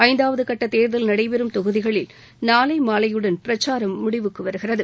ஐந்தாவது கட்ட தேர்தல் நடைபெறும் தொகுதிகளில் நாளை மாலையுடன் பிரச்சாரம் முடிவுக்கு வருகிறது